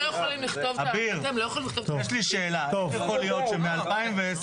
יש לי שאלה, איך יכול להיות שמ-2010.